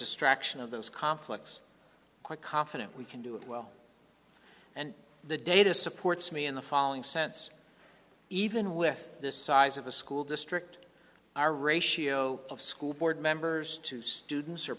distraction of those conflicts quite confident we can do it well and the data supports me in the following sense even with this size of a school district our ratio of school board members to students